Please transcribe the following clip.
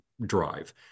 drive